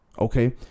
Okay